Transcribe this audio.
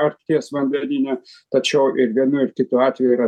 arkties vandenyne tačiau ir vienu ir kitu atveju yra